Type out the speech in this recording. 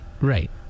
Right